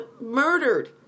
murdered